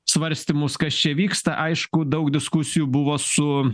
svarstymus kas čia vyksta aišku daug diskusijų buvo su